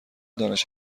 دانش